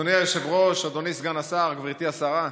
אדוני היושב-ראש, אדוני סגן השר, גברתי השרה,